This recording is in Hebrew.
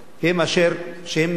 שהם מיעוט,